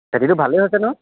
খেতিটো ভালেই হৈছে নহয়